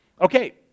Okay